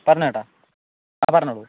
ആ പറഞ്ഞോ ചേട്ടാ ആ പറഞ്ഞോളൂ